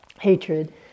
hatred